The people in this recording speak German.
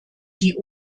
die